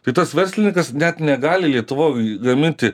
tai tas verslininkas net negali lietuvoj gaminti